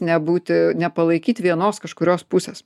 nebūti nepalaikyti vienos kažkurios pusės